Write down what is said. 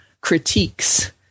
critiques